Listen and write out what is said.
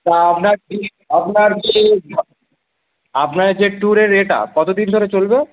তা আপনার আপনার যে আপনার যে ট্যুরের এটা কতদিন ধরে চলবে